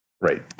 Right